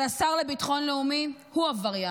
אבל השר לביטחון לאומי הוא עבריין.